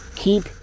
Keep